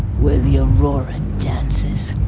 where the aurora and dances